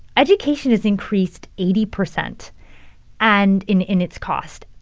education has increased eighty percent and in in its cost.